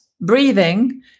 breathing